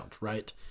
right